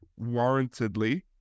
warrantedly